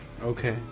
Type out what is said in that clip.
Okay